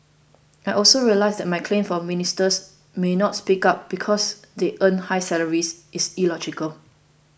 I also realise that my claim that Ministers may not speak up because they earn high salaries is illogical